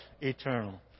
eternal